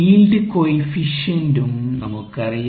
yield കോയെഫീസിയൻറും നമുക്കറിയാം